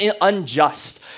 unjust